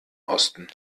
osten